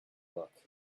look